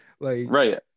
Right